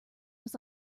was